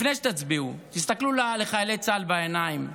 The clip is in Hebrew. לפני שתצביעו, תסתכלו לחיילי צה"ל בעיניים.